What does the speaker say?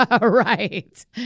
Right